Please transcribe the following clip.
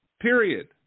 Period